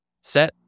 set